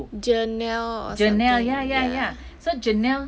janelle or something like that ah